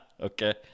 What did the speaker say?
okay